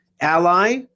ally